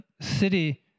city